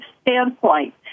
standpoint